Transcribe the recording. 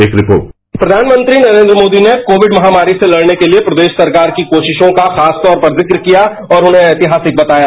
एक रिपोर्ट प्रधानमंत्री नरेन्द्र मोदी ने कोविड महामारी से लड़ने के लिए प्रदेश सरकार की कोशिशों का खासतौर पर जिक्र किया और उन्हें ऐतिहासिक बताया